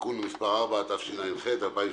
(תיקון מס' 4), התשע"ח-2018.